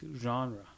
genre